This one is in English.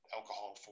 alcohol